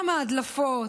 גם ההדלפות,